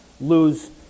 lose